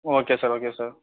okay sir okay sir